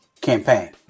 campaign